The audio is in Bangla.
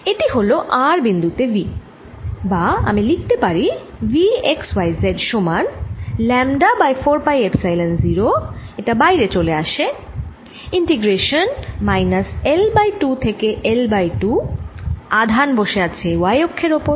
এটি হল r বিন্দু তে V বা আমি লিখতে পারি V x y ও z সমান ল্যামডা বাই 4 পাই এপসাইলন 0 বাইরে চলে আসে ইন্টিগ্রেশান মাইনাস L বাই 2 থেকে L বাই 2 আধান বসে আছে y অক্ষের ওপর